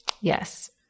Yes